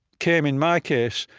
came, in my case,